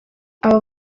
aba